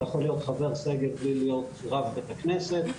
הוא יכול להיות חבר סגל בלי להיות רב בית הכנסת,